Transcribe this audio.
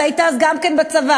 היית אז גם כן בצבא,